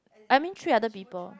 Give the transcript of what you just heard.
I mean three other people